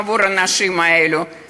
עכשיו אין לי זכות, אני איבדתי תקווה.